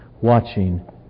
watching